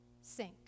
sink